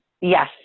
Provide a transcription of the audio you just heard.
yes